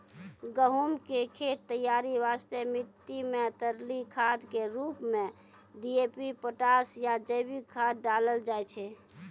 गहूम के खेत तैयारी वास्ते मिट्टी मे तरली खाद के रूप मे डी.ए.पी पोटास या जैविक खाद डालल जाय छै